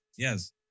Yes